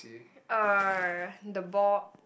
uh the board